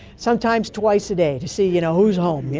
sometimes twice a day to see you know who's home, yeah